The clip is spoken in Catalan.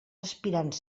aspirants